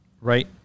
Right